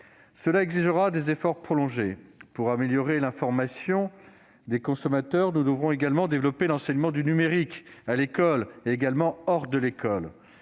cela exigera des efforts prolongés. Pour améliorer l'information des consommateurs, nous devrons également développer l'enseignement du numérique, à l'école et hors de l'école.